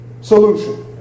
solution